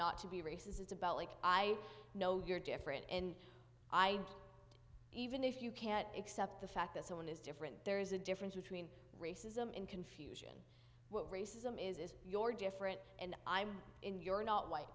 not to be racist it's about like i know you're different and i even if you can't accept the fact that someone is different there is a difference between racism in confused what racism is is your different and i'm in you're not white